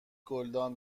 گلدان